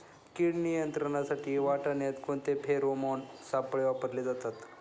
कीड नियंत्रणासाठी वाटाण्यात कोणते फेरोमोन सापळे वापरले जातात?